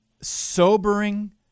Sobering